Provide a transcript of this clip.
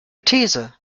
these